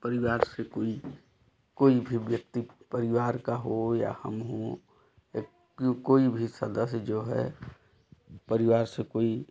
परिवार से कोई कोई भी व्यक्ति परिवार का हो या हम हों या कोई भी सदस्य जो है परिवार से कोई